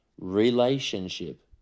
relationship